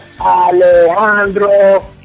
Alejandro